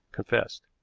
confessed.